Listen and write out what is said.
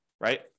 right